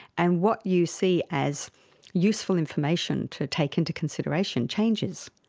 and what you see as useful information to take into consideration changes.